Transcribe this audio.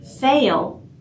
fail